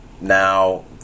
now